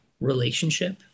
relationship